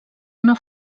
una